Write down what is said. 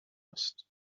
ist